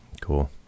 cool